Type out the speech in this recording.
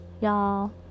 Y'all